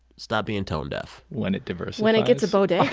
stop being tone-deaf? when it diversifies when it gets a bodega